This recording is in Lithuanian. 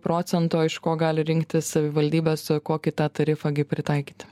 procento iš ko gali rinktis savivaldybės kokį tą tarifą gi pritaikyti